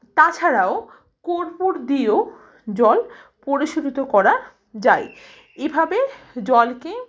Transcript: তাছাড়াও কর্পূর দিয়েও জল পরিশোধিত করা যায় এভাবে জলকে